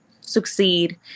succeed